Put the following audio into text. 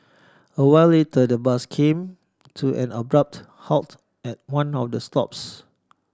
a while later the bus came to an abrupt halt at one of the stops